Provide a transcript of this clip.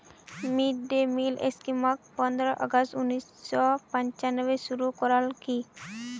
mid day meal स्कीमक पंद्रह अगस्त उन्नीस सौ पंचानबेत शुरू करयाल की